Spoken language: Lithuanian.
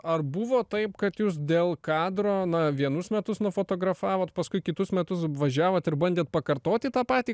ar buvo taip kad jūs dėl kadro na vienus metus nufotografavot paskui kitus metus važiavot ir bandėt pakartoti tą patį